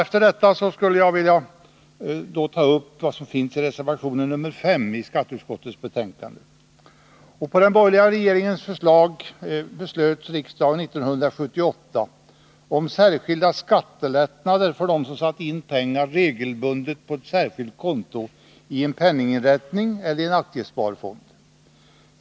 Efter detta skulle jag vilja ta upp reservation 5 i skatteutskottets betänkande. På den borgerliga regeringens förslag beslöt riksdagen 1978 om särskilda skattelättnader för dem som satte in pengar regelbundet på ett särskilt konto i en penninginrättning eller i en aktiesparfond.